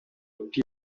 谷地